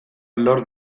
lor